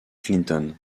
clinton